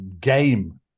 game